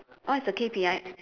what's the K_P_I